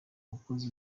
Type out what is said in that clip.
mukozi